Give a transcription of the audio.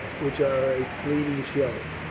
which are a fleet ing show.